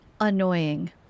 annoying